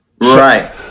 Right